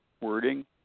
wording